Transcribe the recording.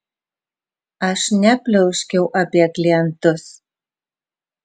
aš nepliauškiau apie klientus